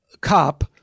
cop